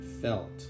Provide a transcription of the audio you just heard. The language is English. felt